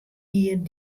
jier